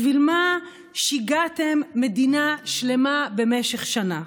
בשביל מה שיגעתם מדינה שלמה במשך שנה?